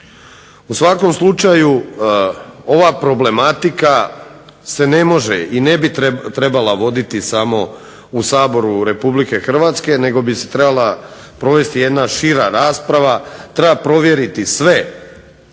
U svakom slučaju, ova problematika se ne može i ne bi trebala voditi samo u Saboru Republike Hrvatske nego bi se trebala provesti jedna šira rasprava. Treba provjeriti sve